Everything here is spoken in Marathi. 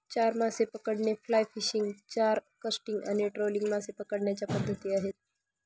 चारा मासे पकडणे, फ्लाय फिशिंग, चारा कास्टिंग आणि ट्रोलिंग मासे पकडण्याच्या पद्धती आहेत